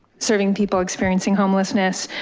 serving people experiencing homelessness.